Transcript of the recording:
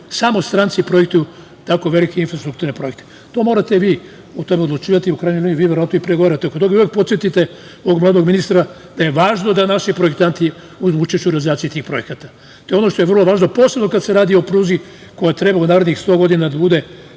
samo stranci projektuju tako velike infrastrukturne projekte. To morate vi o tome odlučivati, jer u krajnjoj liniji verovatno vi i pregovarate oko toga i uvek podsetite ovog mladog ministra da važno da naši projektanti uzmu učešća u realizaciji tih projekata. Ono što je vrlo važno, posebno kada se radi o pruzi koja treba u narednih 100 godina da bude